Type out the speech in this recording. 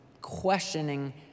questioning